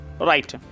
right